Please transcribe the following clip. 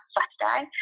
Saturday